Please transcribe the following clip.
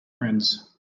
friends